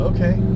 Okay